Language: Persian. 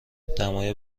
دمای